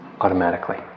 automatically